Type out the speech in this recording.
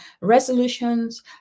resolutions